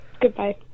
Goodbye